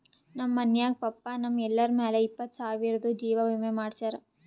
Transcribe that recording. ನಮ್ ಮನ್ಯಾಗ ಪಪ್ಪಾ ನಮ್ ಎಲ್ಲರ ಮ್ಯಾಲ ಇಪ್ಪತ್ತು ಸಾವಿರ್ದು ಜೀವಾ ವಿಮೆ ಮಾಡ್ಸ್ಯಾರ